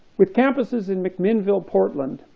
with campuses in mcminnville, portland,